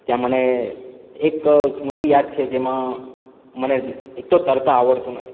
ત્યાં મને એક સ્મૃતિ યાદ છે જેમાં મને એક તો તરતા આવડતું નથી